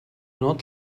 not